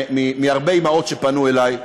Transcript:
מהרבה אימהות שפנו אלי,